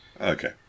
Okay